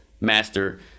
master